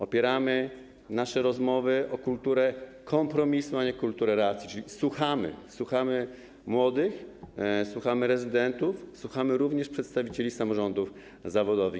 Opieramy nasze rozmowy na kulturze kompromisu, a nie kulturze racji, czyli słuchamy - słuchamy młodych, słuchamy rezydentów, słuchamy również przedstawicieli samorządów zawodowych.